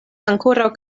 ankoraŭ